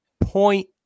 point